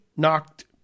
knocked